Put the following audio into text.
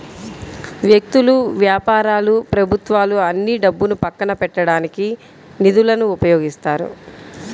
వ్యక్తులు, వ్యాపారాలు ప్రభుత్వాలు అన్నీ డబ్బును పక్కన పెట్టడానికి నిధులను ఉపయోగిస్తాయి